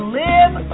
live